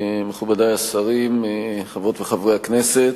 מכובדי השרים, חברות וחברי הכנסת,